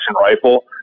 rifle